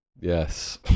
Yes